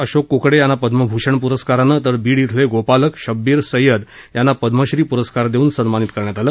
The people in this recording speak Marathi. अशोक कुकडे यांना पद्मभूषण पुरस्कारानं तर बीड इथले गोपालक शब्बीर सय्यद यांना पद्मश्री पुरस्कार देऊन सन्मानित करण्यात आलं